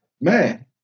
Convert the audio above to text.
man